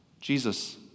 Jesus